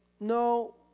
no